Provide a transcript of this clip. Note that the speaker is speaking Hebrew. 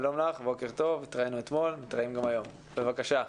בבקשה.